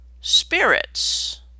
spirits